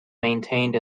maintained